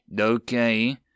okay